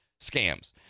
scams